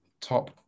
top